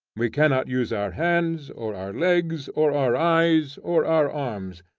we cannot use our hands, or our legs, or our eyes, or our arms.